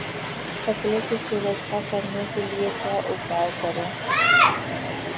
फसलों की सुरक्षा करने के लिए क्या उपाय करें?